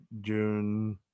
june